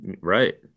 Right